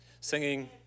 singing